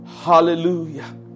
Hallelujah